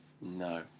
No